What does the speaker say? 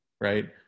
right